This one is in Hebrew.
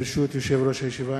ברשות יושב-ראש הישיבה,